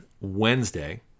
Wednesday